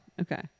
okay